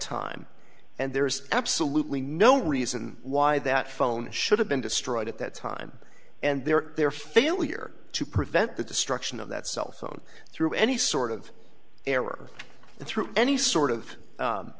time and there's absolutely no reason why that phone should have been destroyed at that time and their their failure to prevent the destruction of that cell phone through any sort of error through any sort of